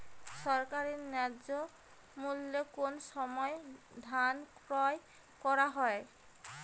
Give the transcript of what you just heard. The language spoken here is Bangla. সরকারি ন্যায্য মূল্যে কোন সময় ধান ক্রয় করা হয়?